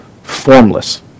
formless